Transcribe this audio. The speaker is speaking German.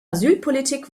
asylpolitik